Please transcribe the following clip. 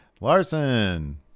Larson